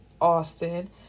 Austin